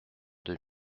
deux